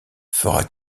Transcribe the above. fera